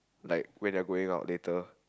like when you're going out later